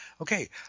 okay